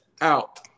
out